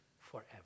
forever